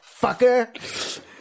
fucker